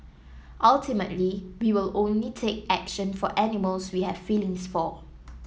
ultimately we will only take action for animals we have feelings for